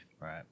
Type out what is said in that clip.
Right